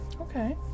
Okay